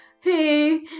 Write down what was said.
hey